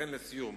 לכן, לסיום,